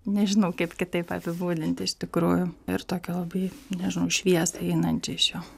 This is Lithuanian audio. nežinau kaip kitaip apibūdint iš tikrųjų ir tokia labai nežinau šviesą einančią iš jo